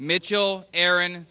mitchell aaron